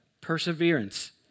Perseverance